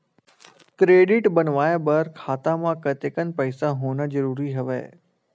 Credit बनवाय बर खाता म कतेकन पईसा होना जरूरी हवय?